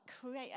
create